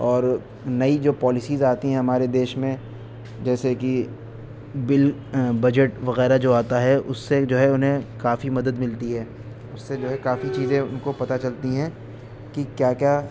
اور نئی جو پالیسیز آتی ہیں ہمارے دیش میں جیسے کہ بل بجٹ وغیرہ جو آتا ہے اس سے جو ہے انہیں کافی مدد ملتی ہے اس سے جو ہے کافی چیزیں ان کو پتا چلتی ہیں کہ کیا کیا